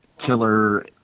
killer